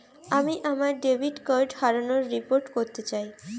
আমি আমার debit card হারানোর রিপোর্ট করতে চাই